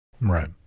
Right